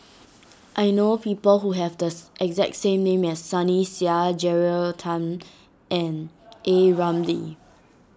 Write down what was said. I know people who have the exact name as Sunny Sia Jeyaretnam and A Ramli